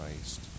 Christ